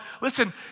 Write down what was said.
listen